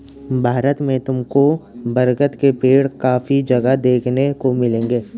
भारत में तुमको बरगद के पेड़ काफी जगह देखने को मिलेंगे